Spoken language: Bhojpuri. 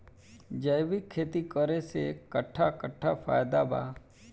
जैविक खेती करे से कट्ठा कट्ठा फायदा बा?